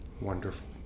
Wonderful